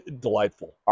delightful